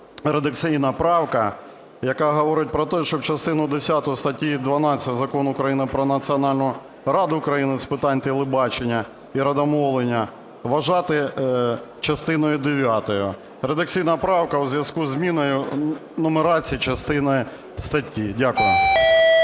редакційна правка, яка говорить про те, щоб частину десяту статті 12 Закону України "Про Національну раду України з питань телебачення і радіомовлення" вважати частиною дев'ятою. Редакційна правка у зв'язку зі зміною нумерації частини статті. Дякую.